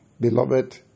beloved